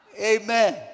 Amen